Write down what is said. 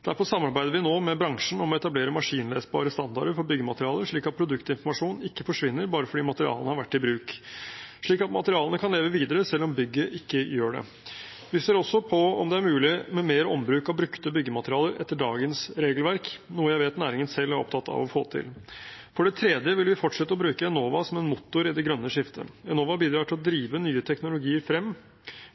Derfor samarbeider vi nå med bransjen om å etablere maskinlesbare standarder for byggematerialer, slik at produktinformasjonen ikke forsvinner bare fordi materialene har vært i bruk, men slik at materialene kan leve videre selv om bygget ikke gjør det. Vi ser også på om det er mulig med mer ombruk av brukte byggematerialer etter dagens regelverk, noe jeg vet næringen selv er opptatt av å få til. For det tredje vil vi fortsette å bruke Enova som en motor i det grønne skiftet. Enova bidrar til å drive nye teknologier frem